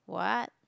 what